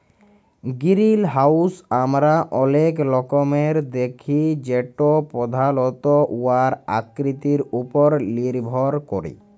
greenhouse আমরা অলেক রকমের দ্যাখি যেট পধালত উয়ার আকৃতির উপর লির্ভর ক্যরে